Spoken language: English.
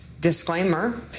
disclaimer